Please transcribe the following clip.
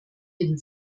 den